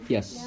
Yes